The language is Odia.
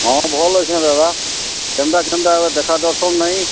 ହଁ ଭଲ୍ ଅଛେଁ ଦାଦା କେନ୍ତା କେନ୍ତା ଆଉ ଦେଖା ଦର୍ଶନ ନାହିଁ